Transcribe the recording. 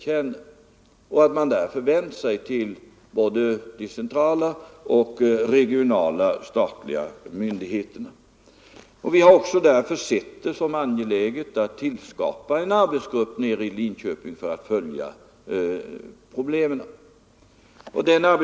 Därför har de vänt sig både till de centrala och till de regionala statliga myndigheterna. Vi har sett det som angeläget att tillskapa en arbetsgrupp i Linköping för att följa utvecklingen.